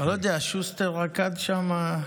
אני לא יודע, שוסטר רקד שמה.